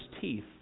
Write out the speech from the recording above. teeth